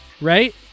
Right